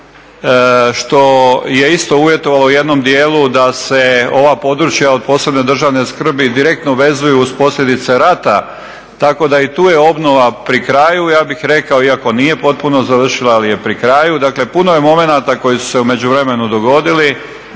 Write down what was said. što je isto uvjetovalo u jednom dijelu da se ova područja od PPDS direktno vezuju uz posljedice rata, tako da i tu je obnova pri kraju ja bih rekao, iako nije potpuno završila ali je pri kraju. Dakle puno je momenata koji su se u međuvremenu dogodili